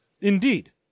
indeed